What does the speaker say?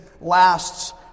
lasts